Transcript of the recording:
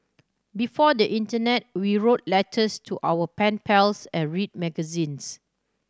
before the internet we wrote letters to our pen pals and read magazines